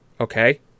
Okay